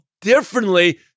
differently